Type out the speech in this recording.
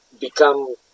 become